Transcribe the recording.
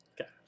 Okay